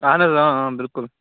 اہن حظ اۭں اۭں بِلکُل